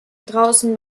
draußen